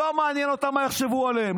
לא מעניין אותם מה יחשבו עליהם.